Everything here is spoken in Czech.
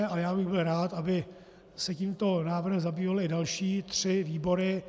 Ale já bych byl rád, aby se tímto návrhem zabývaly i další tři výbory.